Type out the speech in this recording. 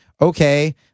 okay